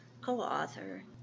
co-author